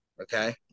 okay